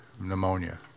pneumonia